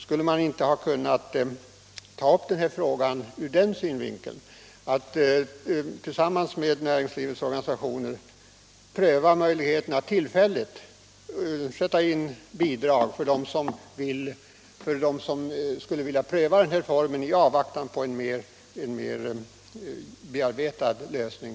Skulle man inte ha kunnat ta upp denna fråga ur den synvinkeln att man tillsammans med näringslivets organisationer kunde pröva möjligheten att inrätta en tillfällig bidragsform i avvaktan på en kommande, mera utarbetad lösning?